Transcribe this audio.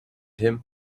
him